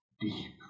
deep